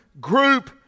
group